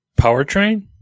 Powertrain